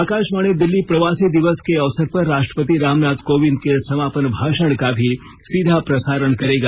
आकाशवाणी दिल्ली प्रवासी दिवस के अवसर पर राष्ट्रपति रामनाथ कोविन्द के समापन भाषण का भी सीधा प्रसारण करेगा